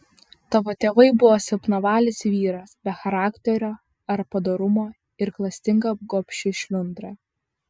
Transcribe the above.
tavo tėvai buvo silpnavalis vyras be charakterio ar padorumo ir klastinga gobši šliundra